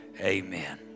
Amen